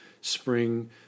spring